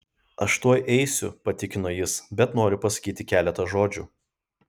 aš tuoj eisiu patikino jis bet noriu pasakyti keletą žodžių